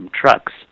trucks